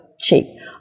cheap